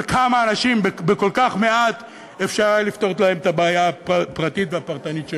אבל לכמה אנשים בכל כך מעט אפשר היה לפתור את הבעיה הפרטית והפרטנית.